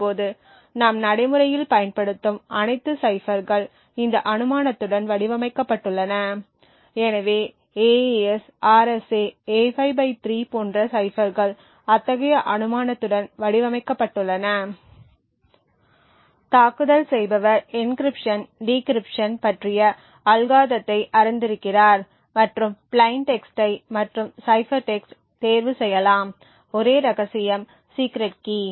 இப்போது நாம் நடைமுறையில் பயன்படுத்தும் அனைத்து சைபர்கள் இந்த அனுமானத்துடன் வடிவமைக்கப்பட்டுள்ளன எனவே AES RSA A5 3 போன்ற சைபர்கள் அத்தகைய அனுமானத்துடன் வடிவமைக்கப்பட்டுள்ளன தாக்குதல் செய்பவர் என்கிரிப்ஷன் டிகிரிப்ஷன் பற்றிய அல்காரிதத்தை அறிந்திருக்கிறார் மற்றும் பிளைன் டெக்ஸ்ட்டை மற்றும் சைபர் டெக்ஸ்ட் தேர்வு செய்யலாம் ஒரே ரகசியம் சீக்ரெட் கீ